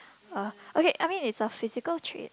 uh okay I mean it's a physical trait